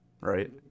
right